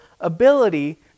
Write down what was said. ability